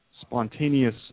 spontaneous